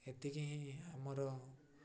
ଏତିକି ହିଁ ଆମର